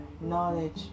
knowledge